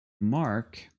Mark